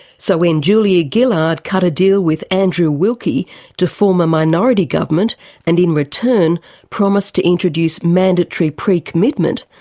so when julia gillard cut a deal with andrew wilkie to form a minority government and in return promised to introduce mandatory pre-commitment,